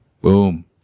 Boom